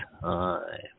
time